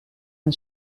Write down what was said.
een